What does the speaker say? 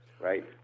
right